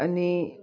અને